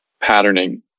patterning